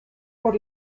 por